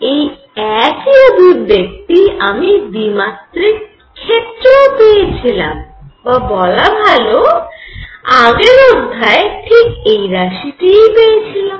এই একই অভিব্যক্তি আমি দ্বিমাত্রিক ক্ষেত্রেও পেয়েছিলাম বা বলা ভাল আগের অধ্যায়ে ঠিক এই রাশিটি পেয়েছিলাম